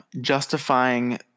justifying